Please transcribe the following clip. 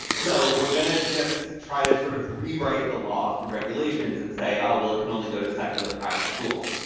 so we're going to just try to sort of rewrite the law through regulations and say, oh, well, it can only go to secular private schools.